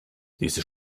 diese